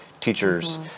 teachers